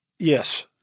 Yes